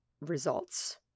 results